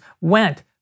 went